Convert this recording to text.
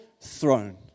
throne